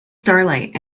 starlight